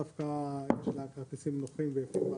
חופשי-יומי וכל כרטיס של הרב-קו.